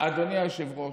אדוני היושב-ראש,